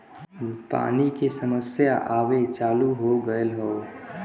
पानी के समस्या आवे चालू हो गयल हौ